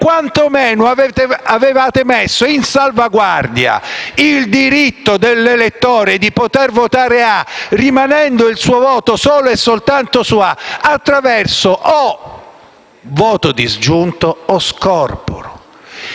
quantomeno avevate messo in salvaguardia il diritto dell'elettore di poter votare «A», rimanendo il suo voto solo e soltanto su «A» attraverso o il voto disgiunto o lo scorporo.